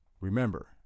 Remember